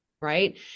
right